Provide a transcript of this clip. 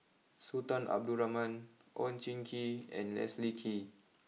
Sultan Abdul Rahman Oon Jin Gee and Leslie Kee